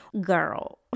girl